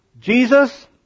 Jesus